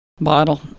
bottle